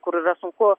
kur yra sunku